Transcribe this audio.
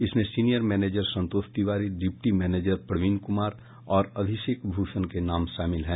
इसमें senior manager Santosh Tiwari deputy manager Praveen Kumar और अभिषेक भूषण के नाम शामिल हैं